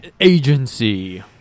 Agency